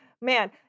man